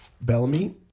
Bellamy